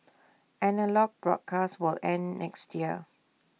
analogue broadcasts will end next year